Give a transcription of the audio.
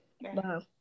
wow